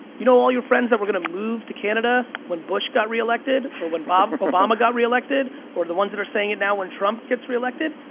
you know all your friends that were gonna move to canada when bush got reelected or when um obama got reelected or the ones that are saying it now when trump gets reelected?